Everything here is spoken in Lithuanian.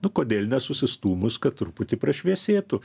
nu kodėl nesusistūmus kad truputį prašviesėtų